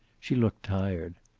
she looked tired.